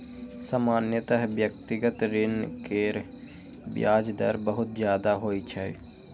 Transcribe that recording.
सामान्यतः व्यक्तिगत ऋण केर ब्याज दर बहुत ज्यादा होइ छै